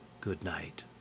good-night